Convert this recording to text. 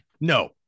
No